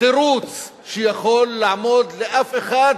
תירוץ שיכול לעמוד לאף אחד